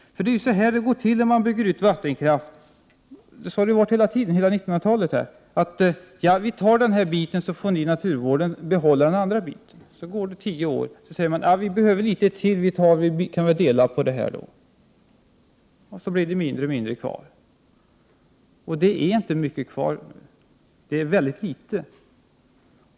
Det är så här det går till när man bygger ut vattenkraft, och så har det gått till under hela 1900-talet. Man säger: Vi bygger ut den här delen, så får ni naturvårdare behålla den andra delen. Sedan går det 10 år, och då säger man: Vi behöver litet mer, vi kan väl dela. Det blir mindre och mindre kvar. Det finns inte mycket kvar, utan mycket litet.